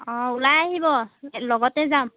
অঁ ওলাই আহিব লগতে যাম